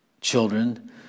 children